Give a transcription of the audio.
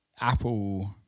Apple